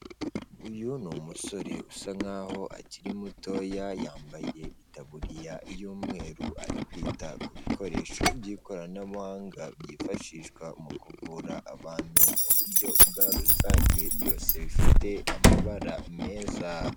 Uyu ni umusore usa nkaho akiri mutoya, yambaye itaburiya y'umweru, ari kwita ku bikoresho by'ikoranabuhanga, byifashishwa mu kuvura abantu mu buryo bwa rusange byose bifite amabara meza.